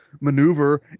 maneuver